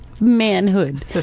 manhood